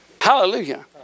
Hallelujah